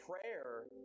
prayer